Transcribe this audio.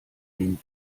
dem